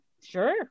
sure